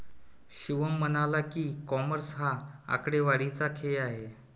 शिवम म्हणाला की, कॉमर्स हा आकडेवारीचा खेळ आहे